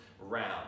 round